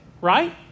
right